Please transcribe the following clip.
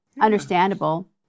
understandable